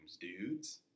dudes